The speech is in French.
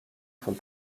font